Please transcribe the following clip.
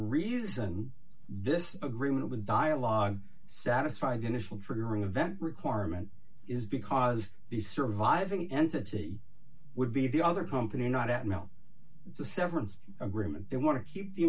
reason this agreement with dialogue satisfy the initial triggering event requirement is because the surviving entity would be the other company not at melle the severance agreement they want to keep the